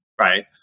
right